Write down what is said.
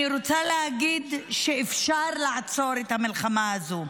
אני רוצה להגיד שאפשר לעצור המלחמה הזו,